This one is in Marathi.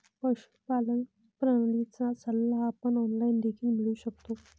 पशुपालन प्रणालीचा सल्ला आपण ऑनलाइन देखील मिळवू शकतो